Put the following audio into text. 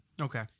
Okay